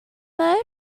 mode